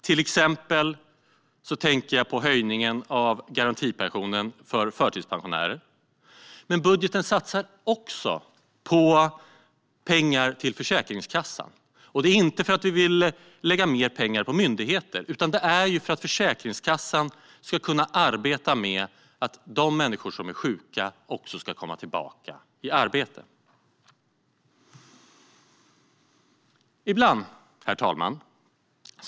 Jag tänker till exempel på höjningen av garantipensionen för förtidspensionärer. Men budgeten satsar också på pengar till Försäkringskassan. Det är inte för att vi vill lägga mer pengar på myndigheter, utan det är för att Försäkringskassan ska kunna arbeta med att de människor som är sjuka också ska komma tillbaka i arbete. Herr talman!